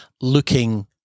looking